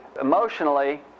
emotionally